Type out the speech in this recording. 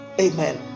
amen